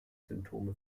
symptome